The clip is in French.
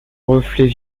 reflets